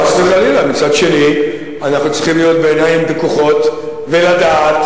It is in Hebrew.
מצד שני אנחנו צריכים להיות בעיניים פקוחות ולדעת